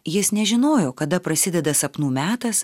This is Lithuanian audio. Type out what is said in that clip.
jis nežinojo kada prasideda sapnų metas